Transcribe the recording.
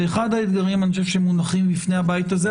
אחד האתגרים שמונחים בפני הבית הזה,